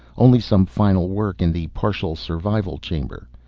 only some final work in the partial survival chamber.